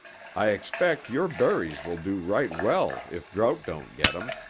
i expect your berries will do right well if drought don't get em,